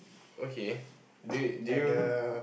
okay do you do you